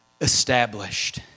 established